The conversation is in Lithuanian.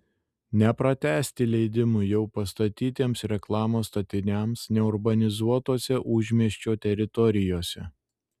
nepratęsti leidimų jau pastatytiems reklamos statiniams neurbanizuotose užmiesčio teritorijose